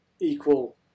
equal